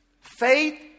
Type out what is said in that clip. Faith